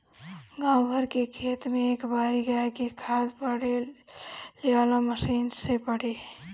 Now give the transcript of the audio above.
गाँव भर के खेत में ए बारी गाय के खाद फइलावे वाला मशीन से पड़ी